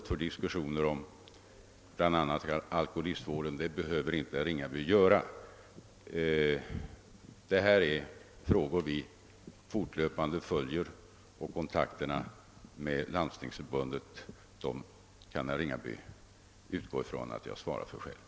Vi behöver den kommunala socialhjälpen.